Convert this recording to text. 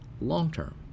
long-term